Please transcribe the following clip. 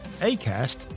ACast